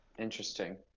Interesting